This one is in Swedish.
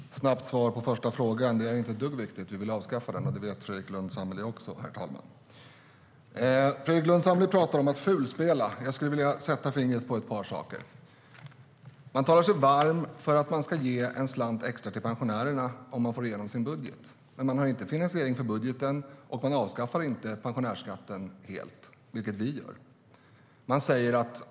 Herr talman! Ett snabbt svar på frågan: Det är inte ett dugg viktigt. Vi vill avskaffa den, och det vet Fredrik Lundh Sammeli.Fredrik Lundh Sammeli pratar om att fulspela. Jag skulle vilja sätta fingret på ett par saker. Man talar sig varm för att man ska ge en slant extra till pensionärerna om man får igenom sin budget. Men man har inte finansiering för budgeten, och man avskaffar inte pensionärsskatten helt, vilket vi gör.